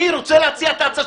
אני רוצה להציע את ההצעה.